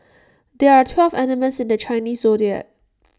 there are twelve animals in the Chinese Zodiac